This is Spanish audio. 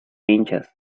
hinchas